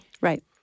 Right